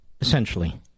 essentially